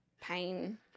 pain